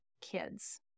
kids